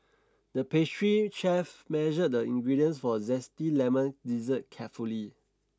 the pastry chef measured the ingredients for a zesty lemon dessert carefully